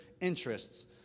interests